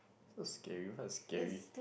so scary what is scary